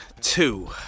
two